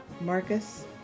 Marcus